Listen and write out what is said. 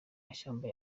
mashyamba